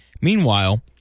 Meanwhile